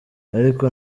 ariko